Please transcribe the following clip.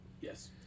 Yes